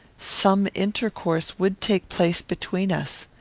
some intercourse would take place between us.